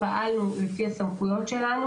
ואנחנו פעלנו לפי הסמכויות שלנו